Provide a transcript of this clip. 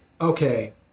okay